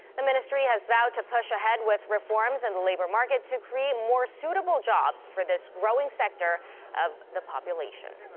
the ministry has vowed to push ahead with reforms in the labor market to create more suitable jobs for this growing sector of the population.